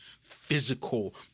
physical